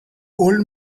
old